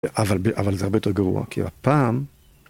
אבל זה הרבה יותר גרוע, כי הפעם...